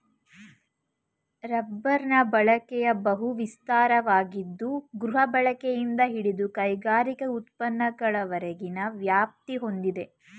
ರಬ್ಬರ್ನ ಬಳಕೆಯು ಬಹು ವಿಸ್ತಾರವಾಗಿದ್ದು ಗೃಹಬಳಕೆಯಿಂದ ಹಿಡಿದು ಕೈಗಾರಿಕಾ ಉತ್ಪನ್ನಗಳವರೆಗಿನ ವ್ಯಾಪ್ತಿ ಹೊಂದಿದೆ